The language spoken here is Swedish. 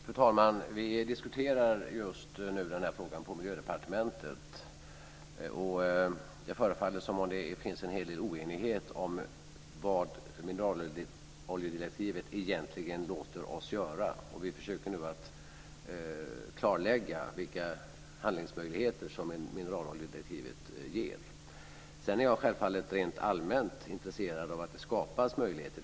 Fru talman! Vi diskuterar den här frågan just nu på Miljödepartementet. Det förefaller som om det finns en hel del oenighet om vad mineraloljedirektivet egentligen låter oss göra, och vi försöker nu att klarlägga vilka handlingsmöjligheter som mineraloljedirektivet ger. Sedan är jag självfallet rent allmänt intresserad av att det skapas möjligheter.